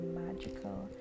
magical